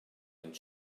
and